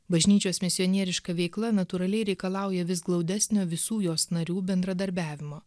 bažnyčios misionieriška veikla natūraliai reikalauja vis glaudesnio visų jos narių bendradarbiavimo